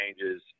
changes